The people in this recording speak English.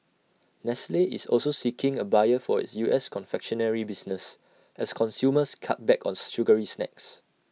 nestle is also seeking A buyer for its U S confectionery business as consumers cut back on sugary snacks